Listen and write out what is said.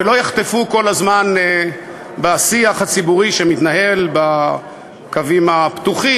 ולא יחטפו כל הזמן בשיח הציבורי שמתנהל בקווים הפתוחים.